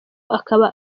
akaba